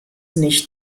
nicht